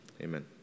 amen